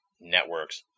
networks